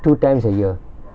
two times a year